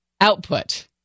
output